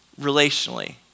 relationally